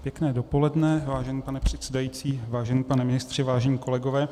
Pěkné dopoledne, vážený pane předsedající, vážený pane ministře, vážení kolegové.